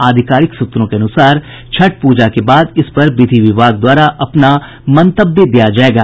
आधिकारिक सूत्रों के अनुसार छठ पूजा के बाद इस पर विधि विभाग द्वारा अपना मंतव्य दिया जायेगा